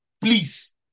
please